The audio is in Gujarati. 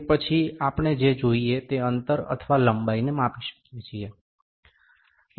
તે પછી આપણે જે જોઈએ તે અંતર અથવા લંબાઈને માપી શકીએ છીએ